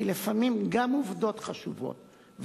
כי לפעמים גם עובדות חשובות,